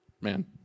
Man